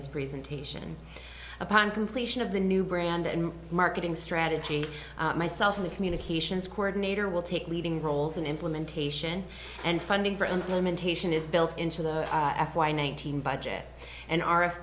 his presentation upon completion of the new brand and marketing strategy myself of the communications coordinator will take leading roles in implementation and funding for implementation is built into the f y nineteen budget an r